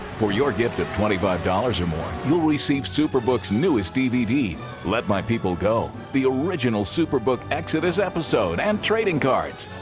for your gift of twenty five dollars or more, you'll receive superbook's newest dvd let my people go, the original superbook exodus episode and trading cards.